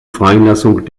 freilassung